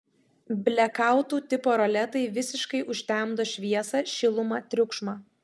blekautų tipo roletai visiškai užtemdo šviesą šilumą triukšmą